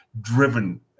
driven